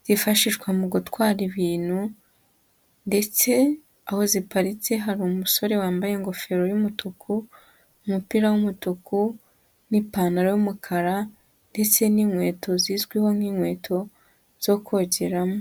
byifashishwa mu gutwara ibintu ndetse aho ziparitse, hari umusore wambaye ingofero y'umutuku, umupira w'umutuku n'ipantaro y'umukara ndetse n'inkweto zizwiho nk'inkweto zo kogeramo.